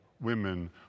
women